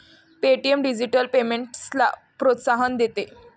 Paytm digital पेमेंट्सला प्रोत्साहन देते